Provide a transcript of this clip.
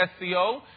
SEO